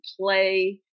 play